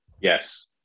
yes